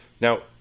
Now